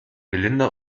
melinda